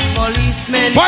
policemen